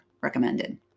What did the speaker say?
recommended